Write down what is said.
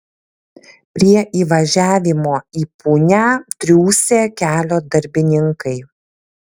prie įvažiavimo į punią triūsė kelio darbininkai